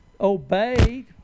Obeyed